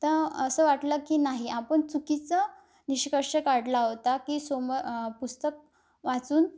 तर असं वाटलं की नाही आपण चुकीचं निष्कर्ष काढला होता की समर पुस्तक वाचून